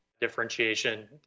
Differentiation